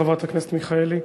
חברת הכנסת מיכאלי,